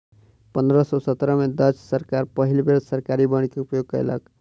पंद्रह सौ सत्रह में डच सरकार पहिल बेर सरकारी बांड के उपयोग कयलक